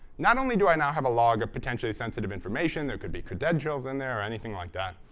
not only do i not have a log of potentially-sensitive information, there could be credentials in there or anything like that,